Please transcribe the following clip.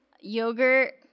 yogurt